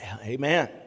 Amen